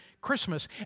Christmas